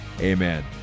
amen